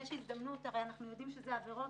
אנחנו הרי יודעים שאלה עבירות